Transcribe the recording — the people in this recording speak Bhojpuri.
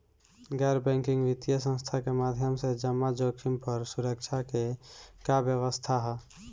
गैर बैंकिंग वित्तीय संस्था के माध्यम से जमा जोखिम पर सुरक्षा के का व्यवस्था ह?